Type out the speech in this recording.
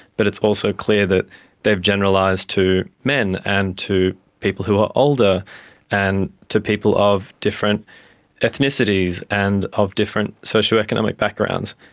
but it's also clear that they have generalised to men and to people who are older and to people of different ethnicities and of different socio-economic backgrounds.